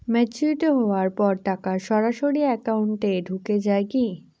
Maturity হওয়ার পর টাকা সরাসরি একাউন্ট এ ঢুকে য়ায় কি?